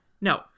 No